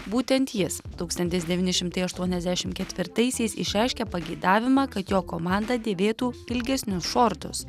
būtent jis tūkstantis devyni šimtai aštuoniasdešimt ketvirtaisiais išreiškė pageidavimą kad jo komanda dėvėtų ilgesnius šortus